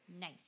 Nice